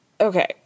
okay